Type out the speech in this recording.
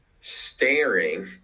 staring